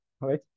right